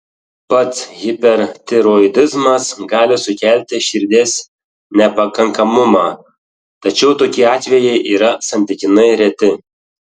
pats hipertiroidizmas gali sukelti širdies nepakankamumą tačiau tokie atvejai yra santykinai reti